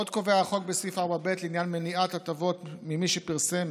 עוד קובע החוק בסעיף 4(ב) לעניין מניעת הטבות ממי שפרסם